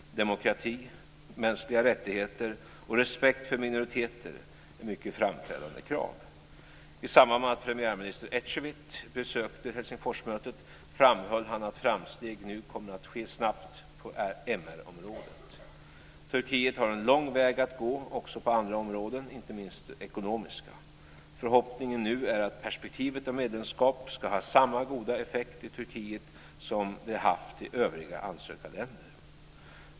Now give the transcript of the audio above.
Demokrati, mänskliga rättigheter och respekt för minoriteter är mycket framträdande krav. I samband med att premiärminister Ecevit besökte Helsingforsmötet framhöll han att framsteg nu kommer att ske snabbt på MR-området. Turkiet har en lång väg att gå också på andra områden, inte minst det ekonomiska. Förhoppningen nu är att perspektivet av medlemskap ska ha samma goda effekt i Turkiet som det har haft i övriga ansökarländer.